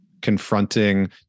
confronting